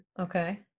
Okay